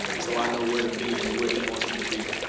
so i know where to be and where he wants me to be.